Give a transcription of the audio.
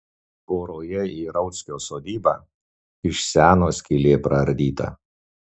tvoroje į rauckio sodybą iš seno skylė praardyta